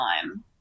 time